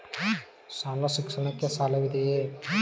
ಶಾಲಾ ಶಿಕ್ಷಣಕ್ಕೆ ಸಾಲವಿದೆಯೇ?